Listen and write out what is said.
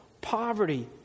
poverty